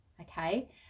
Okay